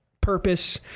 purpose